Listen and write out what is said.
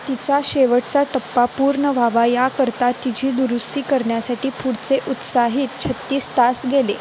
तिचा शेवटचा टप्पा पूर्ण व्हावा याकरता तिची दुरुस्ती करण्यासाठी पुढचे उत्साहित छत्तीस तास गेले